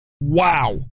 wow